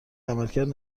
عملکرد